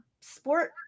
sport